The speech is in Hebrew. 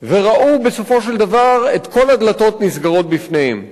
וראו בסופו של דבר את כל הדלתות נסגרות בפניהם.